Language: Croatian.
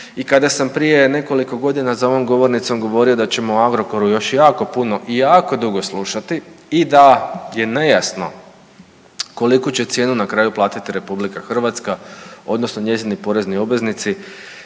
i kada sam prije nekoliko godina za ovom govornicom govorio da ćemo o Agrokoru još jako puno i jako dugo slušati i da je nejasno koliku će cijenu platiti na kraju RH odnosno njezini porezni obveznici